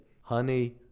Honey